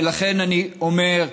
ולכן אני אומר: